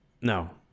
No